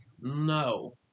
No